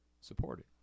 supported